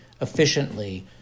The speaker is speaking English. efficiently